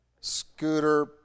scooter